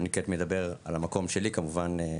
אני כעת מדבר על המקום שלי כמובן,